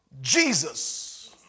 Jesus